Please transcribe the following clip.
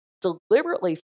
deliberately